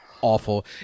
awful